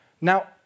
Now